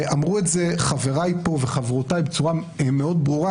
ואמרו את זה חבריי וחברותיי פה בצורה מאוד ברורה,